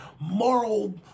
moral